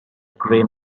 gray